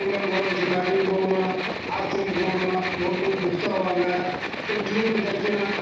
புள்ளைகளுக்கு உடம்பு சரியில்லாட்டியும் போகணும் ஆஸ்பத்திரிக்கு போகணும் நோட்டு புஸ்தகம் வாங்க ஒரு துணிமணி தைக்கணும்